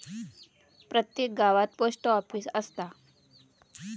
प्रत्येक गावात post office असता